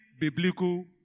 biblical